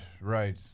Right